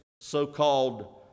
so-called